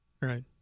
Right